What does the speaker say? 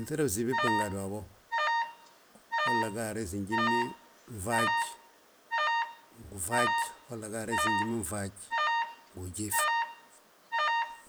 Binŧida bisibi bégbà ngaadu waabo, holla ga a resi njimin faaj, holla nga a resi njmin faaj ngu ujiif.